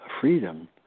freedom